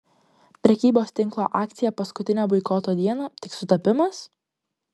prekybos tinklo akcija paskutinę boikoto dieną tik sutapimas